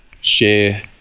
share